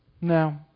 no